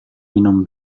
minum